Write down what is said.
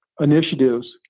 initiatives